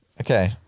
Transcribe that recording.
Okay